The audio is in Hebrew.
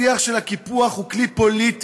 השיח על הקיפוח הוא כלי פוליטי,